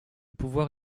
pouvoir